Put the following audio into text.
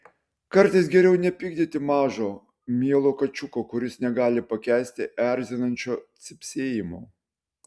kartais geriau nepykdyti mažo mielo kačiuko kuris negali pakęsti erzinančio cypsėjimo